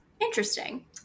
Interesting